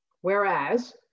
Whereas